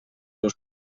seus